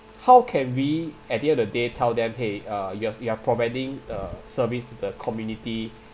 how can we at the other day tell them !hey! uh you've you are providing uh service to the community